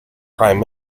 prime